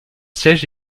siège